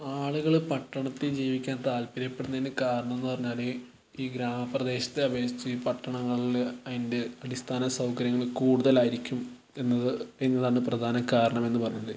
ആളുകൾ പട്ടണത്തിൽ ജീവിക്കാൻ താല്പര്യപ്പെടുന്നതിനു കാരണം എന്ന് പറഞ്ഞാല് ഈ ഗ്രാമപ്രദേശത്തേ അപേക്ഷിച്ചു പട്ടണങ്ങളിൽ അതിൻ്റെ അടിസ്ഥാന സൗകര്യങ്ങൾ കൂടുതലായിരിക്കും എന്നത് എന്നതാണ് പ്രധാന കാരണം എന്നുപറഞ്ഞത്